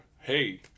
hey